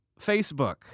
Facebook